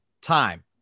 time